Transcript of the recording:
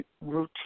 routine